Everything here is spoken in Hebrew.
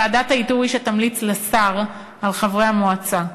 ועדת האיתור היא שתמליץ לשר על חברי המועצה.